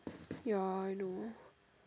ya I know